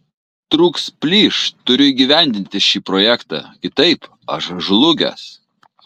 trūks plyš turiu įgyvendinti šį projektą kitaip aš žlugęs